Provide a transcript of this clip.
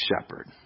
shepherd